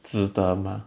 值得吗